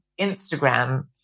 Instagram